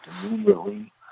immediately